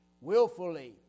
willfully